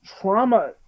trauma